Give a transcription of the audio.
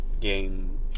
game